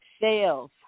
sales